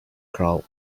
crowd